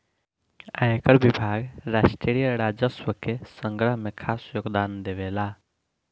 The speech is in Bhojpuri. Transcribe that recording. आयकर विभाग राष्ट्रीय राजस्व के संग्रह में खास योगदान देवेला